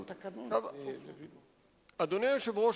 אדוני היושב-ראש,